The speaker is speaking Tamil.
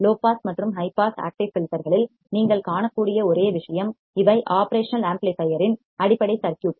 லோ பாஸ் மற்றும் ஹை பாஸ் ஆக்டிவ் ஃபில்டர்களில் நீங்கள் காணக்கூடிய ஒரே விஷயம் இவை ஒப்ரேஷனல் ஆம்ப்ளிபையர்யின் அடிப்படை சர்க்யூட்கள்